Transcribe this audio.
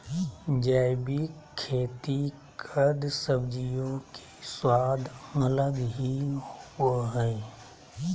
जैविक खेती कद सब्जियों के स्वाद अलग ही होबो हइ